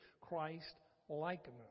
Christ-likeness